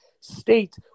state